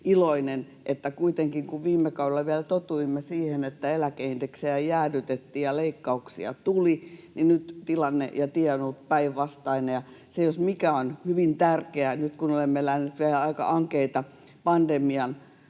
iloinen, että kuitenkin kun vielä viime kaudella totuimme siihen, että eläkeindeksiä jäädytettiin ja leikkauksia tuli, niin nyt tilanne ja tie on ollut päinvastainen, ja se jos mikä on hyvin tärkeää nyt, kun olemme eläneet vielä aika ankeita pandemian